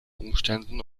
umständen